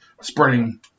spreading